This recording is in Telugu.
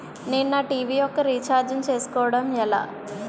నేను నా టీ.వీ యెక్క రీఛార్జ్ ను చేసుకోవడం ఎలా?